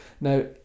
now